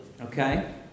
okay